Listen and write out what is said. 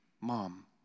mom